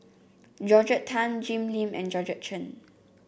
Georgette Chen Jim Lim and Georgette Chen